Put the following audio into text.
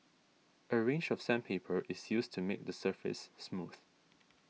a range of sandpaper is used to make the surface smooth